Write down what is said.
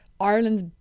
Ireland's